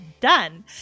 done